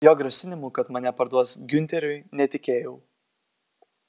jo grasinimu kad mane parduos giunteriui netikėjau